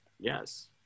Yes